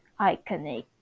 iconic